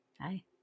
Hi